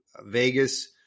Vegas